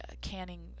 canning